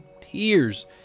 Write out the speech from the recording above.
tears